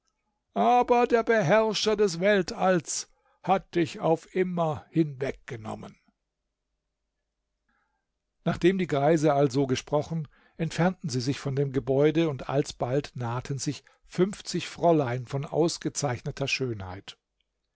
aber der beherrscher des weltalls hat dich auf immer hinweggenommen nachdem die greise also gesprochen entfernten sie sich von dem gebäude und alsbald nahten sich fünfzig fräulein von ausgezeichneter schönheit